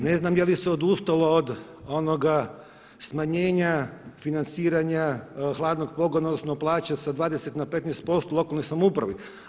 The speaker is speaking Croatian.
Ne znam je li se odustalo od onoga smanjenja financiranja hladnog pogona odnosno plaće sa 20 na 15% u lokalnoj samoupravi?